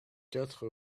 quatre